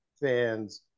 fans